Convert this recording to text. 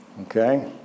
Okay